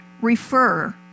refer